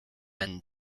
and